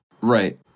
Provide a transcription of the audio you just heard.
right